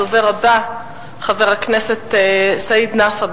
הדובר הבא, חבר הכנסת סעיד נפאע,